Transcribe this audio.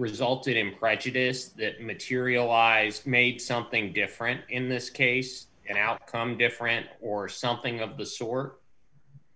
resulted in a prejudice that materialized made something different in this case an outcome different or something of the store